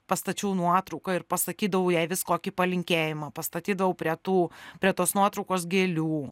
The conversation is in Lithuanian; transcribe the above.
pastačiau nuotrauką ir pasakydavau jai vis kokį palinkėjimą pastatydavau prie tų prie tos nuotraukos gėlių